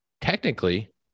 Technically